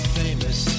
famous